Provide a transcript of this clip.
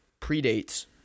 predates